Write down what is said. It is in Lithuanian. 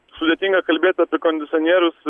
sudėtinga kalbėt apie kondicionierius